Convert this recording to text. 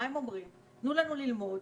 הם אומרים: תנו לנו ללמוד,